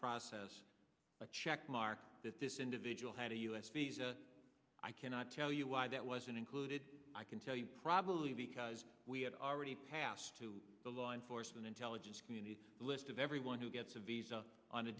process a check mark that this individual had a u s visa i cannot tell you why that wasn't included i can tell you probably because we had already passed to the law enforcement intelligence community's list of everyone who gets a visa on a